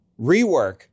rework